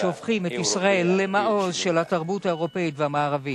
ערכים אשר הופכים את ישראל למעוז של התרבות האירופית והמערבית,